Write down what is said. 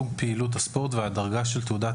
סוג פעילות הספורט והדרגה של תעודת